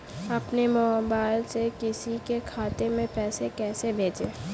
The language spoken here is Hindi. अपने मोबाइल से किसी के खाते में पैसे कैसे भेजें?